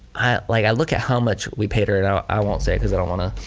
i like i look at how much we paid her and i i won't say it cause i don't want to,